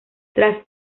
tras